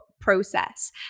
process